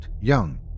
young